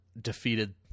defeated